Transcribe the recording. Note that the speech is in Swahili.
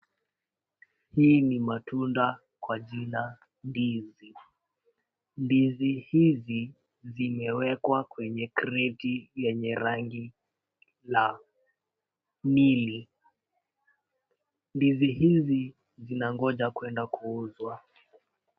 Hii ni matunda kwa jina ndizi. Ndizi hizi zimewekwa kwenye kreti lenye rangi la mili .Ndizi hizi zinangoja kuenda kuuzwa.